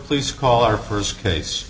please call our first case